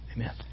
Amen